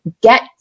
get